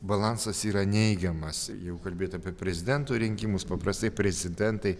balansas yra neigiamas jeigu kalbėt apie prezidento rinkimus paprastai prezidentai